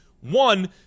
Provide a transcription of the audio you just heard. One